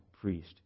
Priest